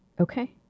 Okay